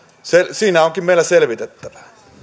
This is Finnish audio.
siinä onkin meillä selvitettävää